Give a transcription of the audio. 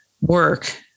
work